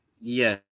Yes